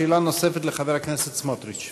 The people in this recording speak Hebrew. שאלה נוספת לחבר הכנסת סמוטריץ.